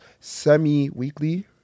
semi-weekly